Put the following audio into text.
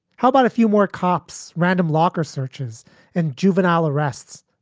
how about a few more cops, random locker searches and juvenile arrests?